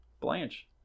Blanche